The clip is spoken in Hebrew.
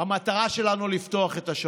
המטרה שלנו היא לפתוח את השמיים.